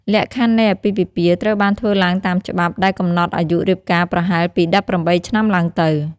លក្ខខណ្ឌនៃអាពាហ៍ពិពាហ៍ត្រូវបានធ្វើឡើងតាមច្បាប់ ដែលកំណត់អាយុរៀបការប្រហែលពី ១៨ ឆ្នាំឡើងទៅ។